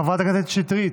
חברת הכנסת שטרית.